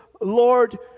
lord